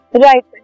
right